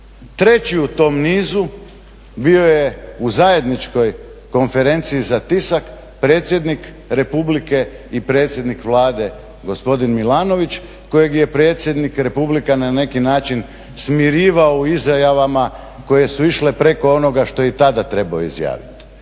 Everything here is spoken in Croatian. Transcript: Treći u tom nizu bio je u zajedničkoj konferenciji za tisak predsjednik Republike i predsjednik Vlade gospodin Milanović kojeg je predsjednik Republike na neki način smirivao u izjavama koje su išle preko onoga što je i tada trebao izjaviti.